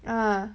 ah